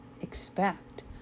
expect